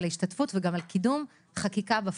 על ההשתתפות וגם על קידום חקיקה של בריאות